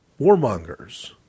warmongers